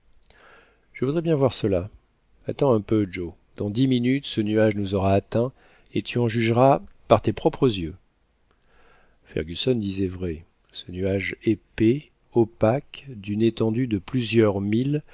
je voudrais bien voir cela attends un peu joe dans dix minutes ce nuage nous aura atteints et tu en jugeras par tes propres yeux fergusson disait vrai ce nuage épais opaque d'une étendue de plusieurs milles